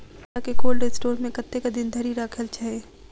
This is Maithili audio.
मिर्चा केँ कोल्ड स्टोर मे कतेक दिन धरि राखल छैय?